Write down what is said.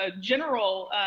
general